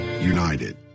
united